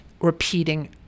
repeating